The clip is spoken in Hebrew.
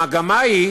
המגמה היא